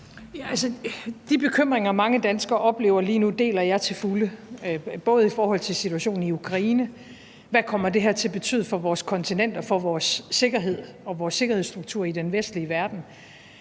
De bekymringer, mange danskere oplever lige nu, deler jeg til fulde, bl.a. i forhold til situationen i Ukraine: Hvad kommer det her til at betyde for vores kontinent og for vores sikkerhed og vores sikkerhedsstruktur i den vestlige verden?